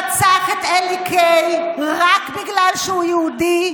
שרצח את אלי קיי רק בגלל שהוא יהודי,